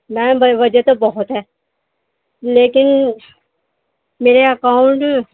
میم بے وجہ تو بہت ہیں لیکن میرے اکاؤنٹ